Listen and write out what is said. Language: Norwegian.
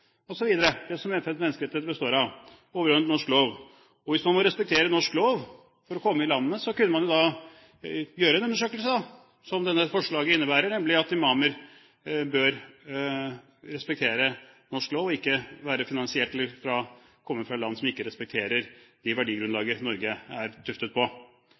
osv., det som FNs menneskerettigheter består av, som er overordnet norsk lov. Og hvis man må respektere norsk lov for å komme inn i landet, kunne man gjøre en undersøkelse, som dette forslaget innebærer, og se om imamer respekterer norsk lov og ikke er finansiert av eller kommer fra land som ikke respekterer det verdigrunnlaget Norge er tuftet på.